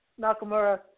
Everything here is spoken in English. Nakamura